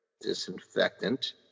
Disinfectant